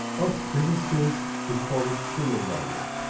us physicists, we call it coulomb barrier.